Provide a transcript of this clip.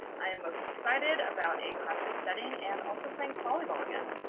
i am most excited about a classroom setting and also playing volleyball again.